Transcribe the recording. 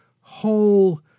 whole